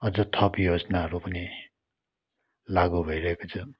अझ थप योजनाहरू पनि लागु भइरहेको छ